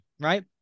right